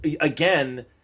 Again